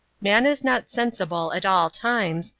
man is not sensible, at all times,